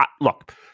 Look